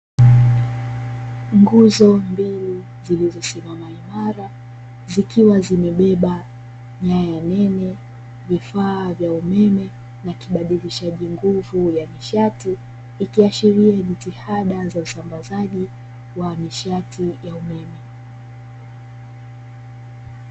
Nguzo mbili zilizosimama imara zikiwa zimebeba nyaya nene, vifaa vya umeme na kibadilishaji nguvu ya nishati, ikiashiria jitihada za usambazaji wa nishati ya umeme.